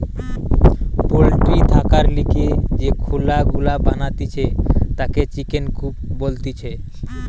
poultry থাকার লিগে যে খুলা গুলা বানাতিছে তাকে চিকেন কূপ বলতিছে